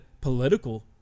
political